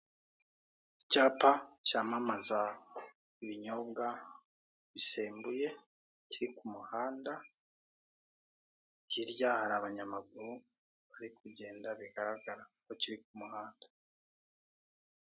Icyapa cyamamaza ibinyobwa bisembuye kiri ku muhanda, hirya hari abanyamaguru bari kugenda bigaragara ko kiri ku muhanda.